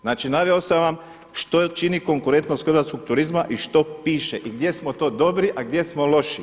Znači, naveo sam vam što čini konkurentnost hrvatskog turizma i što piše i gdje smo to dobri, a gdje smo loši.